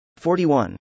41